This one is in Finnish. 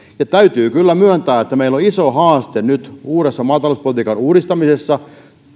ja täytyy kyllä myöntää että meillä on myöskin iso haaste nyt uudessa maatalouspolitiikan uudistamisessa